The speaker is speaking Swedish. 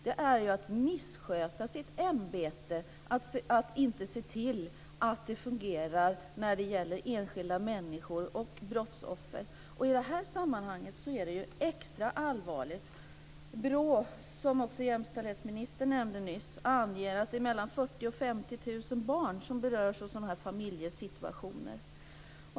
Det är att missköta sitt ämbete att inte se till att det fungerar när det gäller enskilda människor och brottsoffer. I det här sammanhanget är det extra allvarligt. BRÅ, som också jämställdhetsministern nämnde nyss, anger att mellan 40 000 och 50 000 barn berörs av sådana här familjesituationer.